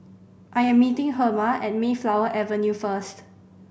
I am meeting Herma at Mayflower Avenue first